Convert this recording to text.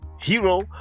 Hero